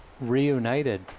Reunited